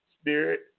spirit